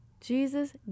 Jesus